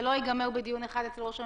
זה לא ייגמר בדיון אחד אצל ראש הממשלה.